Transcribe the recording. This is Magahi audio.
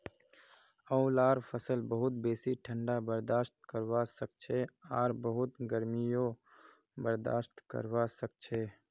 आंवलार फसल बहुत बेसी ठंडा बर्दाश्त करवा सखछे आर बहुत गर्मीयों बर्दाश्त करवा सखछे